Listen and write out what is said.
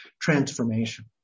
transformation